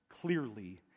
clearly